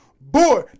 Boy